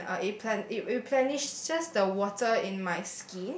and uh it replenish just the water in my